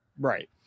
right